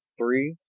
three.